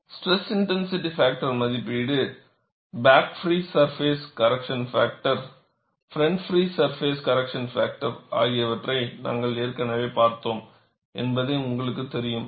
SIF மதிப்பீடு back free surface correction factor front free surface correction factor ஆகியவற்றை நாங்கள் ஏற்கனவே பார்த்தோம் என்பது உங்களுக்குத் தெரியும்